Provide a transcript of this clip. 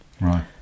right